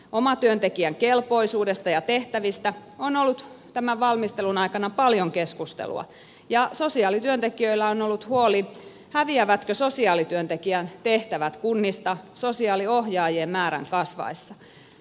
omatyöntekijän kelpoisuudesta ja tehtävistä on ollut tämän valmistelun aikana paljon keskustelua ja sosiaalityöntekijöillä on ollut huoli häviävätkö sosiaalityöntekijän tehtävät kunnista sosiaaliohjaajien määrän kasvaessa